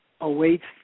awaits